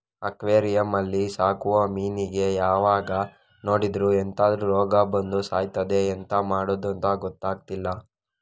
aquarium ಅಲ್ಲಿ ಸಾಕುವ ಮೀನಿಗೆ ಯಾವಾಗ ನೋಡಿದ್ರೂ ಎಂತಾದ್ರೂ ರೋಗ ಬಂದು ಸಾಯ್ತದೆ ಎಂತ ಮಾಡುದಂತ ಗೊತ್ತಾಗ್ತಿಲ್ಲ